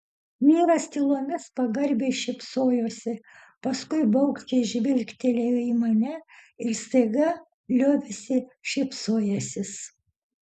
vyras tylomis pagarbiai šypsojosi paskui baugščiai žvilgtelėjo į mane ir staiga liovėsi šypsojęsis